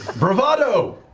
bravado!